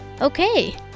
Okay